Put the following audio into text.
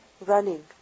running